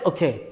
Okay